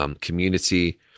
community